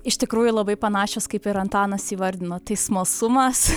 iš tikrųjų labai panašios kaip ir antanas įvardino tai smalsumas